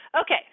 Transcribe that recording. Okay